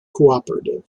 cooperative